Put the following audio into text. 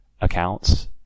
accounts